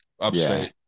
Upstate